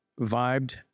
vibed